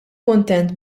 kuntent